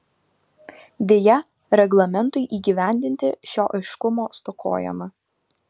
deja reglamentui įgyvendinti šio aiškumo stokojama